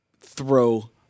throw